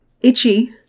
Itchy